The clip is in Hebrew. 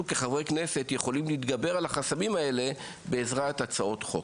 כחברי כנסת יכולים להתגבר על החסמים האלה בעזרת הצעות חוק.